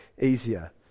easier